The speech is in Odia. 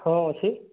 ହଁ ଅଛି